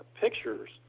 pictures